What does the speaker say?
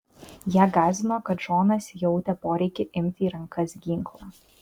ją gąsdino kad džonas jautė poreikį imti į rankas ginklą